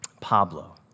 Pablo